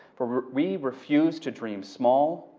for we refuse to dream small.